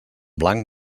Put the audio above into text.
blanc